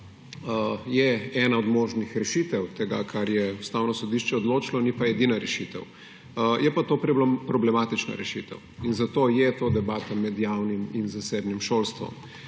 je ena od možnih rešitev tega, kar je Ustavno sodišče odločilo, ni pa edina rešitev, je pa to problematična rešitev in zato je to debata med javnim in zasebnim šolstvom.